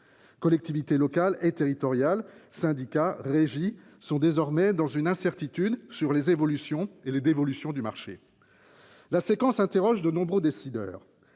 Collectivités locales et territoriales, syndicats, régies font maintenant face à l'incertitude sur les évolutions et les dévolutions du marché. La séquence pose question pour de nombreux décideurs.